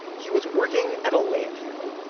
he was working at a landfill,